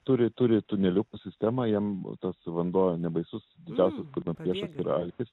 turi turi tunelių sistemą jiem tas vanduo nebaisus didžiausias kurmiams priešas yra alkis